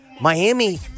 Miami